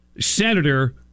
senator